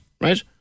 right